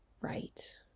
right